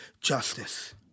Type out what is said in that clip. justice